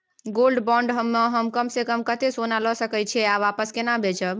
Gold bond म हम कम स कम कत्ते सोना ल सके छिए आ वापस केना बेचब?